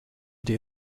die